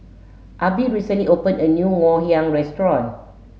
Abby recently opened a new ngoh hiang restaurant